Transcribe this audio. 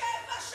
שבע שנים,